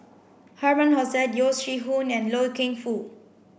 Herman Hochstadt Yeo Shih Yun and Loy Keng Foo